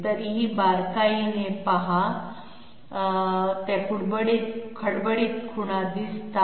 तरीही बारकाईने पाहा होय ते खडबडीत खुणा दिसतात